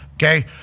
Okay